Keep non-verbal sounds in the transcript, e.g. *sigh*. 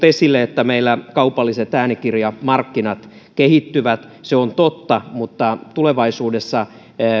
*unintelligible* esille että meillä kaupalliset äänikirjamarkkinat kehittyvät se on totta mutta tulevaisuudessa